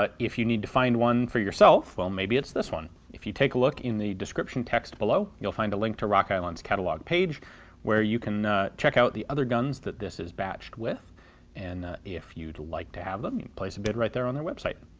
but if you need to find one for yourself, well maybe it's this one. if you take a look in the description text below you'll find a link to rock island's catalog page where you can check out the other guns that this is batched with and if you'd like to have them you place a bid right there on their website.